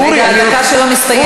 אורי, הדקה שלו מסתיימת.